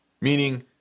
meaning